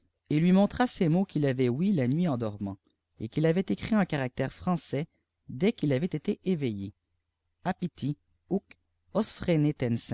et lui montra ces ilièts'il avait ouïs la nuit en dormant et qu'il avait éorits enamôtères français dès qu'il avait été éveillé